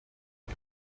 die